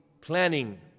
planning